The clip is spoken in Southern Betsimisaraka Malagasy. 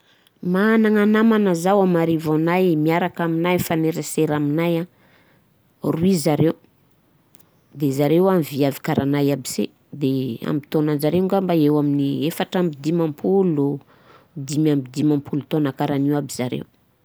Managna namagna zaho amarivô anahy, miaraka aminay, mifanerasera aminahy an, roy zareo de zareo an viavy karah anah aby se de ami taonanjareo angamba eo amin'ny efatra amin'ny dimampolo, dimy amy dimampolo karan'io aby zareo.